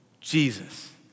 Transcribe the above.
Jesus